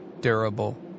durable